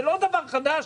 זה לא דבר חדש.